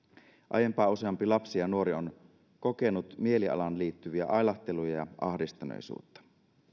aiempaa useampi lapsi ja nuori on kokenut mielialaan liittyviä ailahteluja ja ahdistuneisuutta